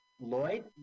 Lloyd